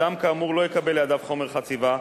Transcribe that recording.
אדם כאמור לא יקבל לידיו חומר חציבה,